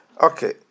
Okay